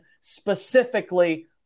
specifically